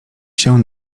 się